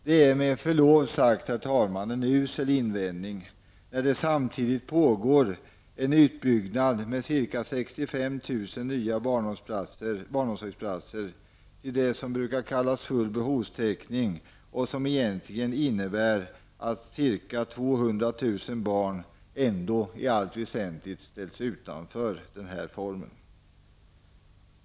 Det är med förlov sagt, herr talman, en usel invändning när det samtidigt pågår en utbyggnad med ca 65 000 nya barnomsorgsplatser till det som brukar kallas för full behovstäckning, men som egentligen innebär att ca 200 000 barn ändå i allt väsentligt ställs utanför.